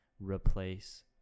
replace